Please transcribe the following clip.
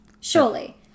Surely